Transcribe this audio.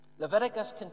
Leviticus